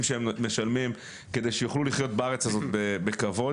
שהם משלמים כדי שיוכלו לחיות בארץ הזאת בכבוד,